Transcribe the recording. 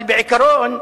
אבל בעיקרון,